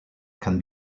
can